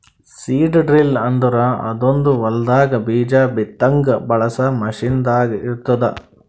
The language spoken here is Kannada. ಸೀಡ್ ಡ್ರಿಲ್ ಅಂದುರ್ ಅದೊಂದ್ ಹೊಲದಾಗ್ ಬೀಜ ಬಿತ್ತಾಗ್ ಬಳಸ ಮಷೀನ್ ದಾಗ್ ಇರ್ತ್ತುದ